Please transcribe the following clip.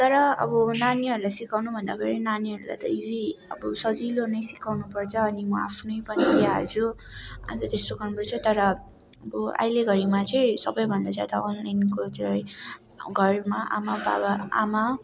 तर अब नानीहरूलाई सिकाउनु भन्दाखेरि नानीहरूलाई त इजी अब सजिलो नै सिकाउनुपर्छ अनि म आफ्नै पनि अन्त त्यस्तो गर्नु पर्छ तर अब अहिलेघडीमा चाहिँ सबैभन्दा ज्यादा अनलाइनको चाहिँ घरमा आमा बाबा आमा